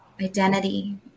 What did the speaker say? identity